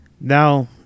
now